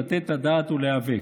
לתת את הדעת ולהיאבק.